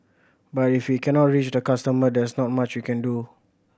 but if we cannot reach the customer there is not much we can do